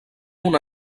una